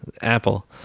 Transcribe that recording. apple